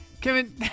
kevin